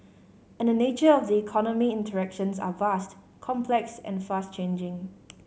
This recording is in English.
and the nature of the economy interactions are vast complex and fast changing